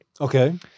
Okay